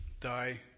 die